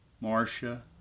Marcia